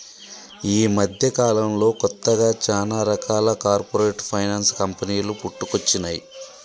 యీ మద్దెకాలంలో కొత్తగా చానా రకాల కార్పొరేట్ ఫైనాన్స్ కంపెనీలు పుట్టుకొచ్చినై